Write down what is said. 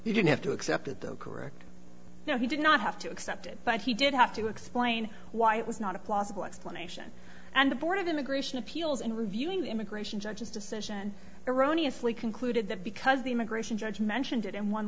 he didn't have to accept it though correct no he did not have to accept it but he did have to explain why it was not a plausible explanation and the board of immigration appeals in reviewing the immigration judge's decision erroneously concluded that because the immigration judge mentioned it in one